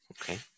Okay